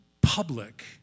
public